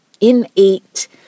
innate